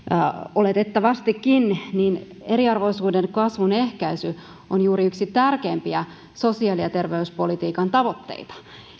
oletettavastikin ja ajattelen että eriarvoisuuden kasvun ehkäisy on juuri yksi tärkeimpiä sosiaali ja terveyspolitiikan tavoitteita